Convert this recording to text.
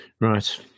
Right